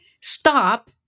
stop